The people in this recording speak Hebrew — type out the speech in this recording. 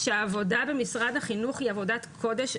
שהעבודה במשרד החינוך היא עבודת קודש,